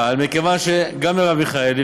אבל מכיוון שגם מרב מיכאלי,